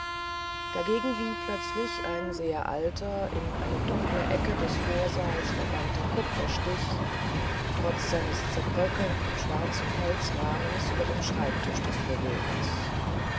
dagegen hing plötzlich ein sehr alter in eine dunkle ecke des vorsaales verbannter kupferstich trotz seines zerbröckelnden schwarzen holzrahmens über dem schreibtische des bewohners